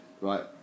Right